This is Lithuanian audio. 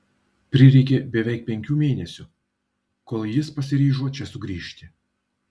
prireikė beveik penkių mėnesių kol jis pasiryžo čia sugrįžti